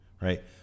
right